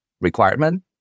requirement